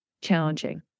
challenging